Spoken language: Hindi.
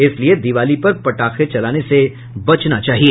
इसलिए दीपावली पर पटाखा जलाने से बचना चाहिए